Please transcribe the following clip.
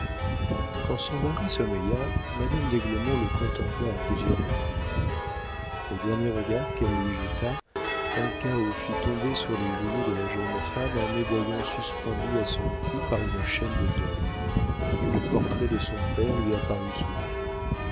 quand son mari sommeilla madame d'aiglemont le contempla à plusieurs reprises au dernier regard qu'elle lui jeta un cahot fit tomber sur les genoux de la jeune femme un médaillon suspendu à son cou par une chaîne de deuil et le portrait de son père lui apparut soudain